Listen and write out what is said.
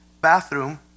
bathroom